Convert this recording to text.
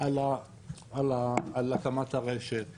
על הקמת הרשת.